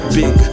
big